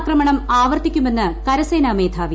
ആക്രമണം ആവർത്തൂക്കുമെന്ന് കരസേനാ മേധാവി